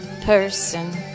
person